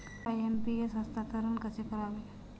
IMPS हस्तांतरण कसे करावे?